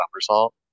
somersault